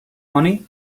money